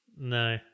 No